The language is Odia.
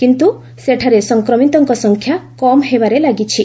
କିନ୍ତୁ ସେଠାରେ ସଂକ୍ରମିତଙ୍କ ସଂଖ୍ୟା କମ୍ ହେବାରେ ଲାଗିଛି